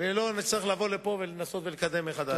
ולא,